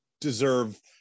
deserve